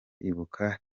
ibuka